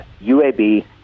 UAB